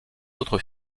autres